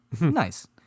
Nice